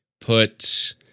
put